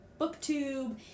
Booktube